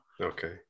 Okay